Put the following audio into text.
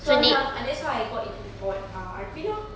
so now ah that's how I got into ford R~ R_P lor